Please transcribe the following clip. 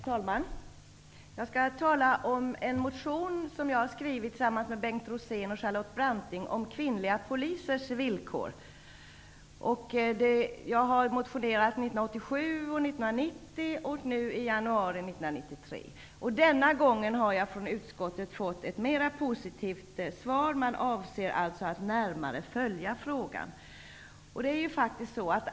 Herr talman! Jag skall tala om en motion som jag har skrivit tillsammans med Bengt Rosén och Charlotte Branting och som gäller kvinnliga polisers villkor. Jag har motionerat 1987, 1990 och nu i januari 1993. Denna gång har jag från utskottet fått ett mer positivt svar. Man avser att närmare följa frågan.